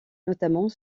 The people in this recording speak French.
notamment